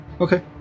Okay